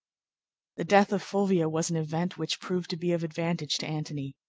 the death of fulvia was an event which proved to be of advantage to antony.